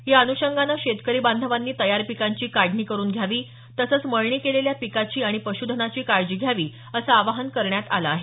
या अन्षंगाने शेतकरी बांधवांनी तयार पिकांची काढणी करून घ्यावी तसंच मळणी केलेल्या पिकाची आणि पश्धनाची काळजी घ्यावी असं आवाहन करण्यात आलं आहे